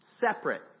separate